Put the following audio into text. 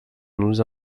nous